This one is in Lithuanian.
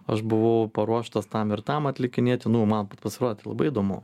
aš buvau paruoštas tam ir tam atlikinėti nu man pasirodė tai labai įdomu